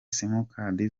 simukadi